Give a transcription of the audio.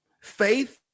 Faith